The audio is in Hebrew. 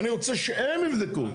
אני רוצה שהם יבדקו.